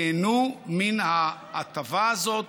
ייהנו מן ההטבה הזאת